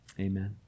Amen